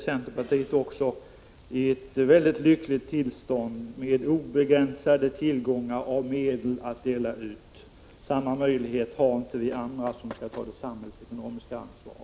Centerpartiet och vpk befinner sig i ett lyckligt tillstånd med obegränsade tillgångar av medel att dela ut. Samma möjligheter har inte vi andra, som skall ta det samhällsekonomiska ansvaret.